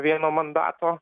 vieno mandato